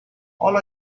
all